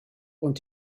und